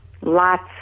lots